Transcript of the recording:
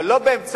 אבל לא בשיטות